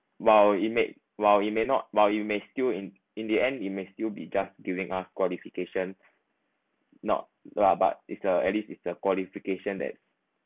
while it may while you may not while you may still in in the end it may still be judge during uh qualification not lah but it's uh at least it's a qualification that